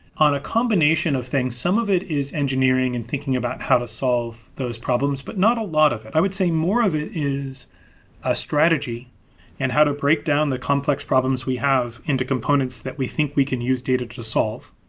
on the combination of things. some of it is engineering and thinking about how to solve those problems, but not a lot of it. i would say more of it is a strategy and how to break down the complex problems we have into components that we think we can use data to solve.